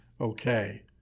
Okay